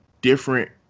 different